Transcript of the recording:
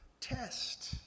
test